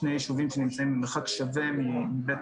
שני יישובים שנמצאים במרחק שווה מבית